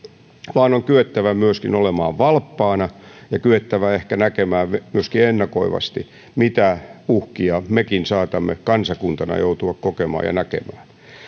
vaan on kyettävä myöskin olemaan valppaana ja kyettävä näkemään ehkä myöskin ennakoivasti mitä uhkia mekin saatamme kansakuntana joutua kokemaan ja näkemään